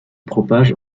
propage